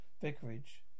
Vicarage